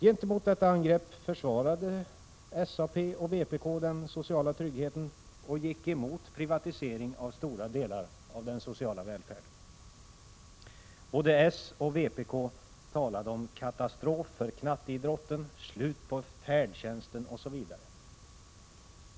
Gentemot detta angrepp försvarade SAP och vpk den sociala tryggheten och gick emot privatisering av stora delar av den sociala välfärden. Både socialdemokraterna och vpk talade om katastrof för knatteidrotten, slut på färdtjänsten osv.